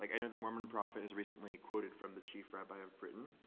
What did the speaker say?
like i know the mormon prophet is recently quoted from the chief rabbi of britain.